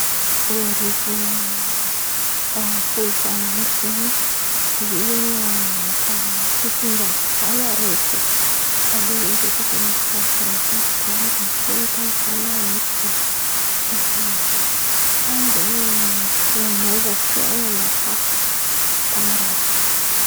Roa arivo folo valo amby zen̈y, izy io zen̈y fifindrako tan̈y araiky. Taloha zen̈y nipetraka nisy faritra araiky fipetrahan̈a avy eo nifindra tamy tan̈y araiky zen̈y, de tan̈y zen̈y nanôva fiainan̈akà feky tamy raha jiàby.